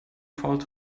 fault